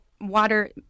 water